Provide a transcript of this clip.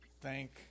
thank